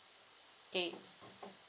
okay